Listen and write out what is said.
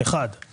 אני